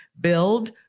Build